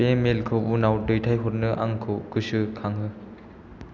बे मेलखौ उनाव दैथायहरनो आंखौ गोसो खांहो